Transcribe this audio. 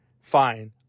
fine